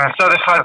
מצד אחד,